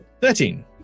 Thirteen